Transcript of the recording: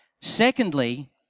secondly